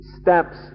steps